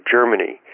Germany